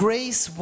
Grace